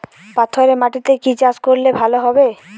পাথরে মাটিতে কি চাষ করলে ভালো হবে?